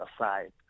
aside